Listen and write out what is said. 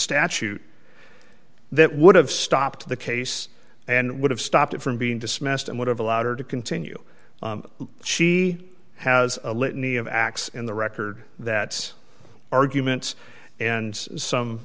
statute that would have stopped the case and would have stopped it from being dismissed and would have allowed her to continue she has a litany of acts in the record that arguments and some